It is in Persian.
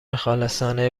خالصانه